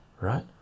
right